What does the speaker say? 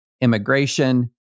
immigration